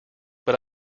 but